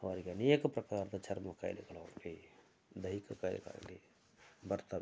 ಅವರಿಗೆ ಅನೇಕ ಪ್ರಕಾರದ ಚರ್ಮ ಕಾಯಿಲೆಗಳಾಗ್ಲಿ ದೈಹಿಕ ಕಾಯಿಲೆಗಳಾಗ್ಲಿ ಬರ್ತವೆ